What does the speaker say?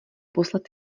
poslat